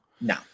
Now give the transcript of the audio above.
No